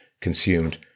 consumed